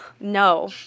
No